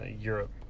Europe